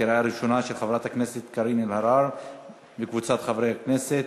של חברת הכנסת קארין אלהרר וקבוצת חברי הכנסת,